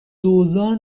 دوزار